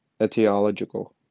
Etiological